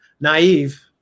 naive